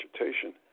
agitation